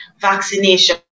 vaccination